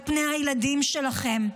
על פני הילדים שלכם.